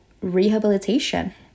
rehabilitation